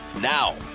Now